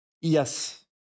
yes